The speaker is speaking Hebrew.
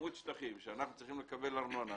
כמות שטחים שאנחנו צריכים לקבל בגינם ארנונה,